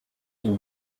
une